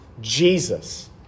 Jesus